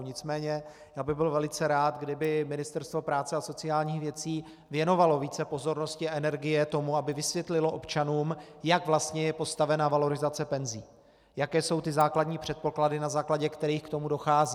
Nicméně já bych byl velice rád, kdyby Ministerstvo práce a sociálních věcí věnovalo více pozornosti a energie tomu, aby vysvětlilo občanům, jak vlastně je postavena valorizace penzí, jaké jsou ty základní předpoklady, na základě kterých k tomu dochází.